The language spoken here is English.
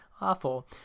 awful